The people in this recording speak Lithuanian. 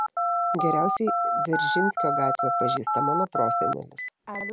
geriausiai dzeržinskio gatvę pažįsta mano prosenelis